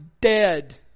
dead